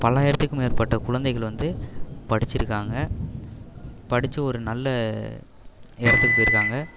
பல்லாயிரத்துக்கும் மேற்பட்ட குழந்தைகள் வந்து படிச்சிருக்காங்க படிச்சு ஒரு நல்ல இடத்துக்கு போயிருக்காங்க